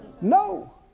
No